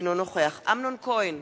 אינו נוכח אמנון כהן,